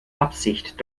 absicht